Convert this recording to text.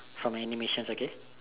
from animations okay